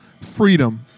freedom